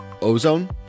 ozone